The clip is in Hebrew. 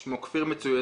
שמו כפיר מצוינים,